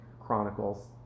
Chronicles